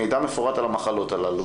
מידע מפורט על המחלות הללו,